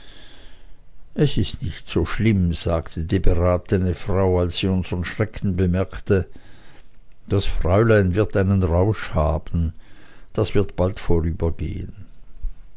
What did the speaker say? es ist nicht so schlimm sagte die beratene frau als sie unsern schreck bemerkte das fräulein wird einen rausch haben das wird bald vorübergehen